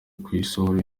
kuyisohora